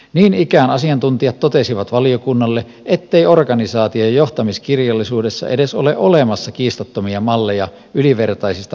niin ikään asiantuntijat totesivat valiokunnalle ettei organisaatio ja johtamiskirjallisuudessa edes ole olemassa kiistattomia malleja ylivertaisista organisointitavoista